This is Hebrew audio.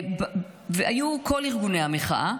היו כל ארגוני המחאה,